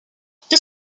qu’est